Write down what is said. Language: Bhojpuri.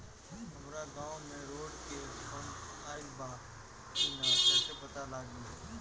हमरा गांव मे रोड के फन्ड आइल बा कि ना कैसे पता लागि?